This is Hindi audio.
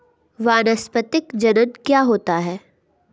वानस्पतिक जनन क्या होता है?